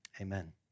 Amen